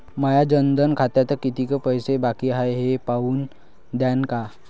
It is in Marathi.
माया जनधन खात्यात कितीक पैसे बाकी हाय हे पाहून द्यान का?